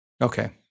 Okay